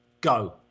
Go